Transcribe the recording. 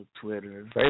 Twitter